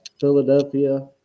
Philadelphia